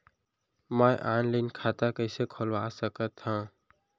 मैं ऑनलाइन खाता कइसे खुलवा सकत हव?